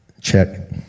Check